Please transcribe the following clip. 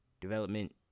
development